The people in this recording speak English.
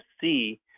see